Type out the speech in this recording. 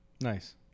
Nice